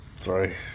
Sorry